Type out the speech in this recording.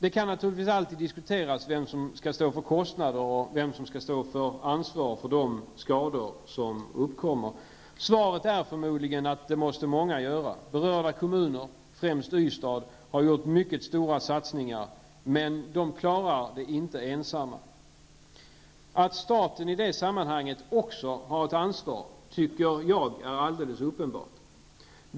Det kan naturligtvis alltid diskuteras vem som skall stå för kostnader och vem som skall ta ansvaret för de skador som uppkommer. Svaret är förmodligen att många måste göra det. Berörda kommuner, främst Ystad, har gjort mycket stora satsningar, men kommunen klarar inte detta ensam. Att staten i detta sammanhang också har ett ansvar tycker jag är alldeles uppenbart.